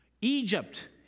Egypt